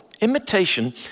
Imitation